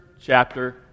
chapter